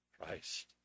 Christ